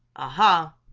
aha!